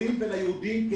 לנוצרים וליהודים כאחד.